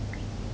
mm